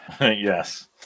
Yes